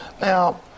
Now